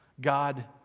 God